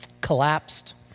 collapsed